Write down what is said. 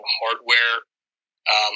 hardware